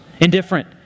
Indifferent